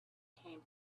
came